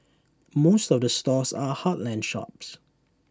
most of the stores are heartland shops